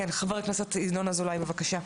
חבר הכנסת ינון אזולאי, בבקשה.